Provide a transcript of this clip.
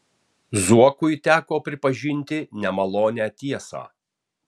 zuokui teko pripažinti nemalonią tiesą